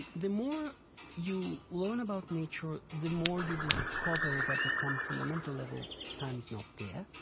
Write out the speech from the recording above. the the more you learn about nature, the more you discover that, at some fundamental level, time is not there.